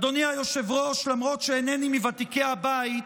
אדני היושב-ראש, למרות שאינני מוותיקי הבית,